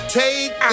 take